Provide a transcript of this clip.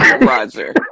Roger